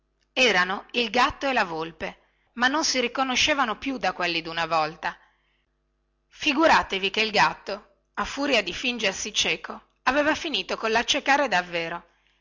erano il gatto e la volpe ma non si riconoscevano più da quelli duna volta figuratevi che il gatto a furia di fingersi cieco aveva finito collaccecare davvero